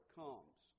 comes